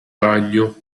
bagno